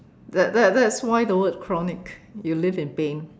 that that that's why the word is chronic you live in pain